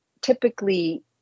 typically